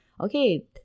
Okay